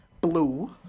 blue